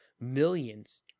millions